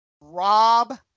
Rob